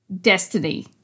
Destiny